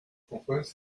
vous